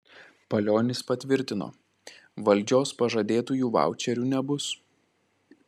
palionis patvirtino valdžios pažadėtųjų vaučerių nebus